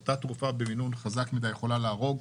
אבל אותה תרופה במינון חזק מידי יכולה להרוג.